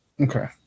Okay